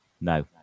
No